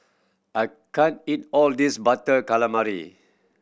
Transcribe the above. I can't eat all of this Butter Calamari